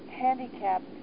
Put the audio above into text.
handicapped